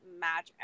match